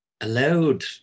allowed